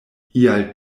ial